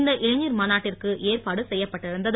இந்த இளைஞர் மாநாட்டிற்கு ஏற்பாடு செய்யப்பட்டு இருந்தது